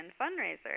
fundraiser